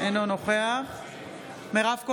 אינו נוכח מירב כהן,